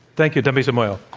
thank you, dambisa moyo.